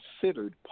considered